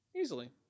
Easily